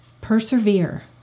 persevere